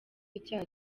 icyaha